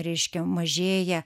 reiškia mažėja